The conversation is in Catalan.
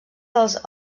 dels